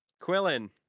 Quillen